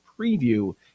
preview